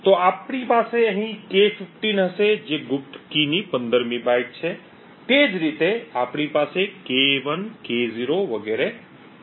તો આપણી પાસે અહીં K15 હશે જે ગુપ્ત કીની 15 મી બાઇટ છે અને તે જ રીતે આપણી પાસે K1 K0 વગેરે હશે